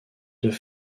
deux